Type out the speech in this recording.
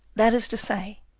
that is to say,